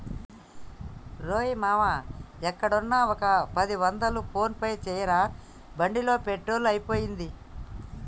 రేయ్ మామా ఎక్కడున్నా ఒక పది వందలు ఫోన్ పే చేయరా బండిలో పెట్రోల్ అయిపోయింది